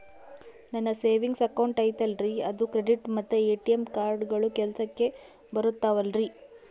ನನ್ನ savings account ಐತಲ್ರೇ ಅದು ಕ್ರೆಡಿಟ್ ಮತ್ತ ಎ.ಟಿ.ಎಂ ಕಾರ್ಡುಗಳು ಕೆಲಸಕ್ಕೆ ಬರುತ್ತಾವಲ್ರಿ?